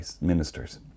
ministers